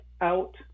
out